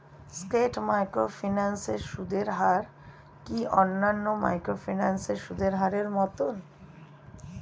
স্কেট microfinance এর সুদের হার কি অন্যান্য মাইক্রোফিন্যান্স এর সুদের হারের মতন?